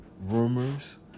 rumors